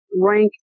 rank